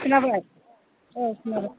खोनाबाय औ खोनाबाय